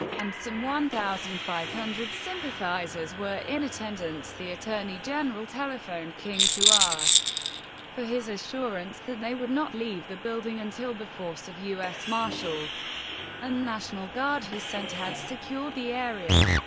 and some one thousand five hundred sympathizers were in attendance, the attorney general telephoned king to ask for his assurance that they would not leave the building until the force of u s. marshals and national guard he sent had secured the area.